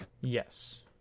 Yes